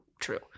true